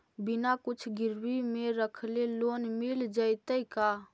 बिना कुछ गिरवी मे रखले लोन मिल जैतै का?